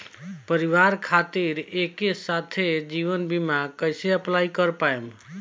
परिवार खातिर एके साथे जीवन बीमा कैसे अप्लाई कर पाएम?